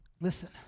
Listen